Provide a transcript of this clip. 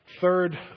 third